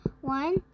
one